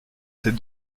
ses